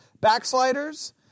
backsliders